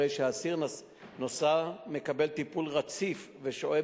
הרי שאסיר נשא מקבל טיפול רציף ושוהה